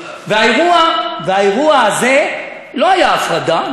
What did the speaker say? ובאירוע הזה לא הייתה הפרדה,